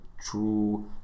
true